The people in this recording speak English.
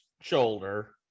shoulder